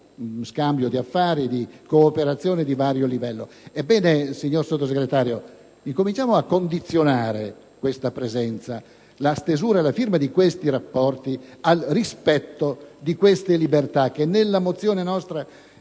scambio, di affari e di cooperazione, a vari livelli; ebbene, signor Sottosegretario, incominciamo a condizionare tale presenza e la stesura e la firma di tali rapporti al rispetto di queste libertà. Nella nostra